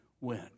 went